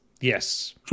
Yes